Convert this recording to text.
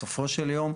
בסופו של יום,